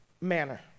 manner